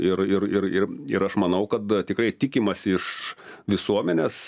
ir ir ir ir ir aš manau kad tikrai tikimasi iš visuomenės